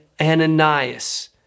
Ananias